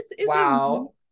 Wow